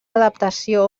adaptació